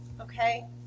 Okay